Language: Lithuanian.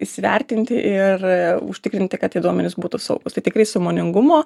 įsivertinti ir užtikrinti kad tie duomenys būtų saugūs tai tikrai sąmoningumo